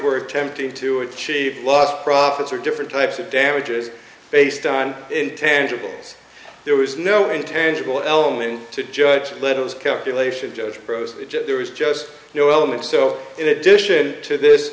were attempting to achieve lost profits or different types of damages based on intangibles there was no intangible element to judge lives calculation judge procedure there was just no element so in addition to this